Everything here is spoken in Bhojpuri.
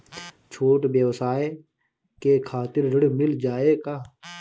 छोट ब्योसाय के खातिर ऋण मिल जाए का?